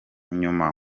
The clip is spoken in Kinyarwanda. nyuma